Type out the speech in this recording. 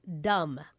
dumb